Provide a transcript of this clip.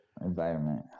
environment